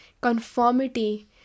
conformity